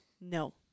No